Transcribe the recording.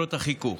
למטרות החיקוק".